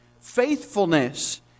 faithfulness